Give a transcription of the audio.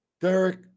Derek